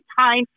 time